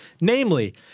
Namely